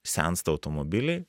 sensta automobiliai